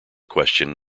question